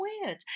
weird